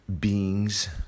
beings